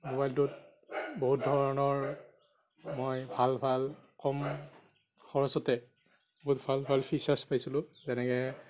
ম'বাইলটোত বহুত ধৰণৰ মই ভাল ভাল কম খৰচতে বহুত ভাল ভাল ফিচ্যাৰ্ছ পাইছিলোঁ যেনেকৈ